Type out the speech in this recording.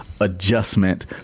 adjustment